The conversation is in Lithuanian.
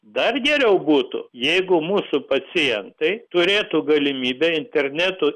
dar geriau būtų jeigu mūsų pacientai turėtų galimybę internetu